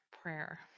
prayer